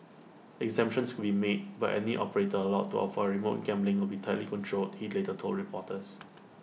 exemptions could be made but any operator allowed to offer remote gambling will be tightly controlled he later told reporters